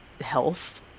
health